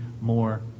more